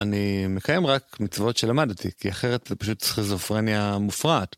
אני מקיים רק מצוות שלמדתי, כי אחרת זה פשוט חיזופרניה מופרעת.